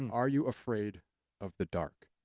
are you afraid of the dark?